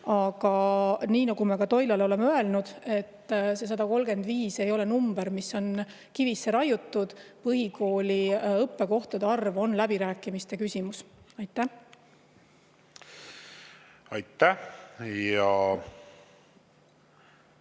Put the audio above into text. Aga nii nagu me Toilale oleme öelnud, see 135 ei ole number, mis on kivisse raiutud, põhikooli õppekohtade arv on läbirääkimiste küsimus. Aitäh! Arvo